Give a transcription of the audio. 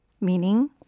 meaning